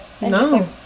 No